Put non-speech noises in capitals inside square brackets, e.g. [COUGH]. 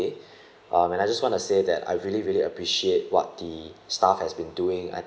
[BREATH] um and I just want to say that I really really appreciate what the staff has been doing I think [BREATH]